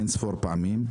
אין ספור פעמים,